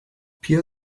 pia